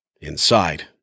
Inside